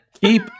Keep